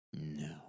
No